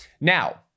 Now